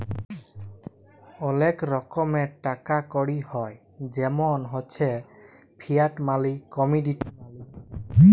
ওলেক রকমের টাকা কড়ি হ্য় জেমল হচ্যে ফিয়াট মালি, কমডিটি মালি